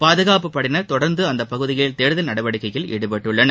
பாதுகாப்புப் படையினர் தொடர்ந்து அந்த பகுதியில் தேடுதல் நடவடிக்கையில் ஈடுபட்டுள்ளனர்